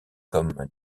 comme